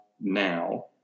now